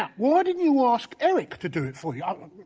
ah why didn't you ask eric to do it for yeah ah